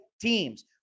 teams